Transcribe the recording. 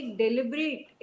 deliberate